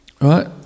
right